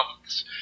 months